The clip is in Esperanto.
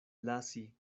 lasi